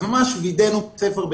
ולכן וידאנו בית ספר,